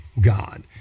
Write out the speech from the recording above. God